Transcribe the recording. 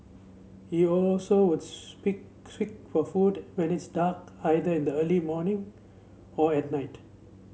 he also would squeak for food when it's dark either in the early morning or at night